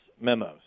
memos